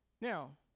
Now